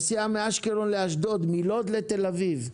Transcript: נסיעה מאשקלון לאשדוד, מלוד לתל אביב,